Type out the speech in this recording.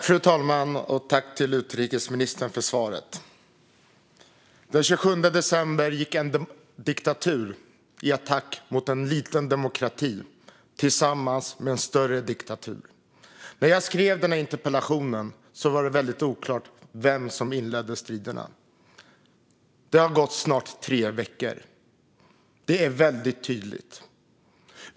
Fru talman! Tack, utrikesministern, för svaret! Den 27 september gick en diktatur tillsammans med en större diktatur till attack mot en liten demokrati. När jag skrev denna interpellation var det väldigt oklart vem som inledde striderna. Det har snart gått tre veckor. Det hela är nu väldigt tydligt.